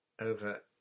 Over